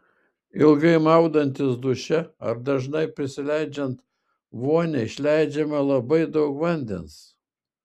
ilgai maudantis duše ar dažnai prisileidžiant vonią išleidžiama labai daug vandens